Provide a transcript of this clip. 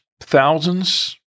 thousands